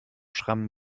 schrammen